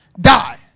Die